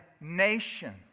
nation